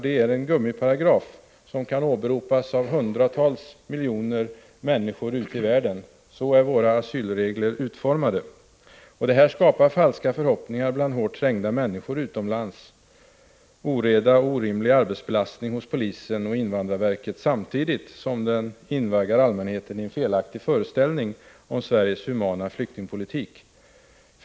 Det är en gummiparagraf, som kan åberopas av hundratals miljoner människor ute i världen. Så är våra asylregler utformade. De skapar falska förhoppningar bland hårt trängda människor utomlands, oreda och orimlig arbetsbelastning hos polisen och invandrarverket samtidigt som de invaggar allmänheten i en felaktig föreställning om Sveriges humana flyktingpolitik.